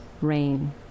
rain